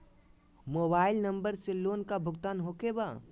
Mobile number से loan का भुगतान होखे बा?